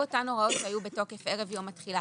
אותן הוראות שהיו בתוקף ערב יום התחילה.